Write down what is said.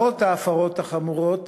למרות ההפרות החמורות